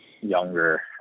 younger